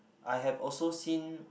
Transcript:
I have also seen